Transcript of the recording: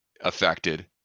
affected